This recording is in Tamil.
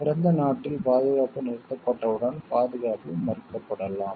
பிறந்த நாட்டில் பாதுகாப்பு நிறுத்தப்பட்டவுடன் பாதுகாப்பு மறுக்கப்படலாம்